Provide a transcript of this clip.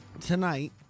Tonight